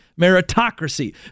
meritocracy